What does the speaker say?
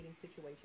situations